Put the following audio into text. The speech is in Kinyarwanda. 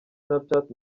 snapchat